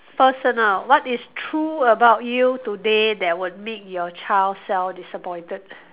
personal what is true about you today that would make your child self disappointed